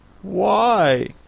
Why